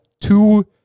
two